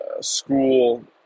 school